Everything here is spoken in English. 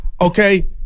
okay